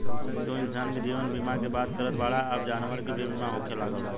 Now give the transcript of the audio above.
तू इंसान के जीवन बीमा के बात करत बाड़ऽ अब जानवर के भी बीमा होखे लागल बा